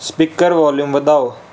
speaker volume ਵਧਾਓ